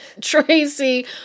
Tracy